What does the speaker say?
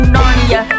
Narnia